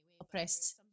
oppressed